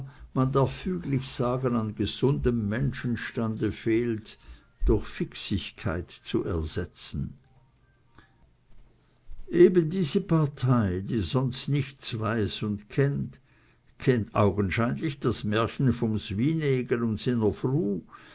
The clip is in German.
man darf füglich sagen an gesundem menschenverstande fehlt durch fixigkeit zu ersetzen eben diese partei die sonst nichts weiß und kennt kennt augenscheinlich das märchen vom swinegel und siner fru